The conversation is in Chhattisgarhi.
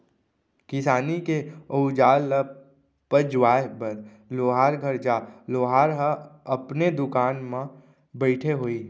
किसानी के अउजार ल पजवाए बर लोहार घर जा, लोहार ह अपने दुकान म बइठे होही